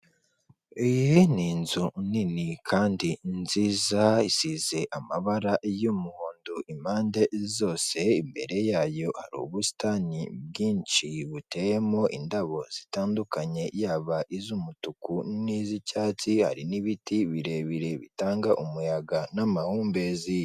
Iyi ni inzu nini kandi nziza isize amabara y'umuhondo impande zose, imbere yayo hari ubusitani bwinshi buteyemo indabo zitandukanye yaba iz'umutuku n'izicyatsi, hari n'ibiti birebire bitanga umuyaga n'amahumbezi.